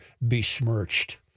besmirched